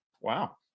Wow